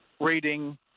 rating